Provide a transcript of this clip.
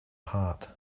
heart